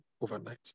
overnight